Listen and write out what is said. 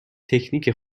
تکنیک